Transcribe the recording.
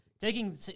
taking